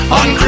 on